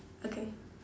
okay